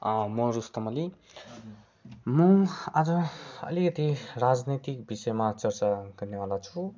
म रूस्तम अली म आज अलिकति राजनैतिक विषयमा चर्चा गर्नेवाला छु